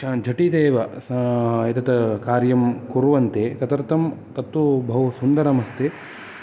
झटित्येव एतत् कार्यं कुर्वन्ति तदर्थं तत्तु बहु सुन्दरं अस्ति